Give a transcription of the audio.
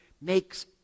makes